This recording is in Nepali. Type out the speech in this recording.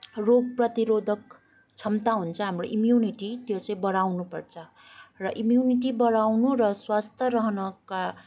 रोग प्रतिरोधक क्षमता हुन्छ हाम्रो इम्युनिटी त्यो चाहिँ बढाउनपर्छ र इम्युनिटी बढाउन र स्वास्थ्य रहनका